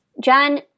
John